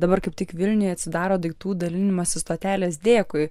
dabar kaip tik vilniuje atsidaro daiktų dalinimosi stotelės dėkui